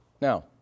Now